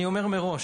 אני אומר מראש: